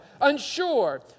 unsure